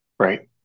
right